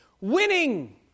winning